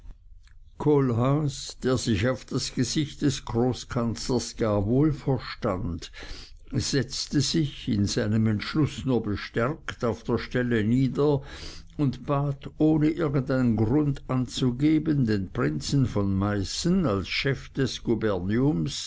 der sich auf das gesicht des großkanzlers gar wohl verstand setzte sich in seinem entschluß nur bestärkt auf der stelle nieder und bat ohne irgendeinen grund anzugeben den prinzen von meißen als chef des